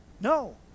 no